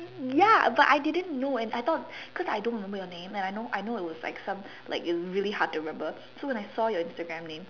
ya but I didn't know and I thought cause I don't remember your name and I know I know it was like some like its really hard to remember so when I saw your Instagram name